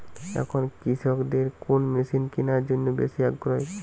এখন কৃষকদের কোন মেশিন কেনার জন্য বেশি আগ্রহী?